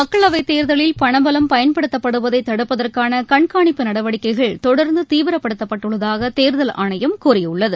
மக்களவைத் தேர்தலில் பணபலம் பயன்படுத்தப்படுவதை தடுப்பதற்கான கண்காணிப்பு நடவடிக்கைகள் தொடர்ந்து தீவிரப்படுத்தப்பட்டுள்ளதாக தேர்தல் ஆணையம் கூறியுள்ளது